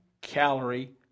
calorie